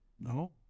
No